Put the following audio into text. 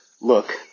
look